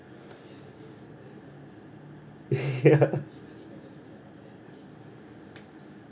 ya